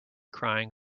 crying